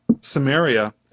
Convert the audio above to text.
Samaria